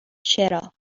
چرا